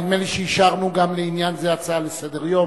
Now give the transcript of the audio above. נדמה לי שאישרנו לעניין זה גם הצעה לסדר-יום.